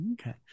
Okay